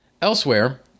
Elsewhere